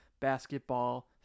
basketball